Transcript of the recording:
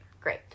Great